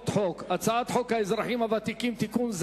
חוק: הצעת חוק האזרחים הוותיקים (תיקון,